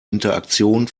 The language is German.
interaktion